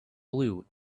blue